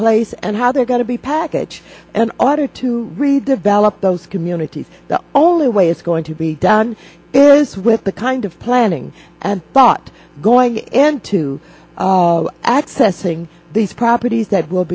place and how they're going to be package an order to really develop those communities the only way it's going to be done is with the kind of planning and thought going into accessing these properties that will